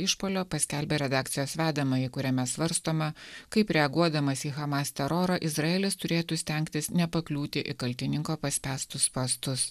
išpuolio paskelbė redakcijos vedamąjį kuriame svarstoma kaip reaguodamas į hamas terorą izraelis turėtų stengtis nepakliūti į kaltininko paspęstus spąstus